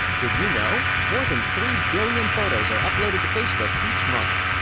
did you know more than three billion photos are uploaded to facebook each month.